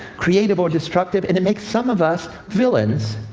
creative or destructive, and it makes some of us villains.